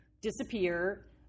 disappear